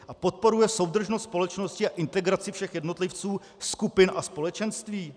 A podporuje soudržnost společnosti a integraci všech jednotlivců, skupin a společenství?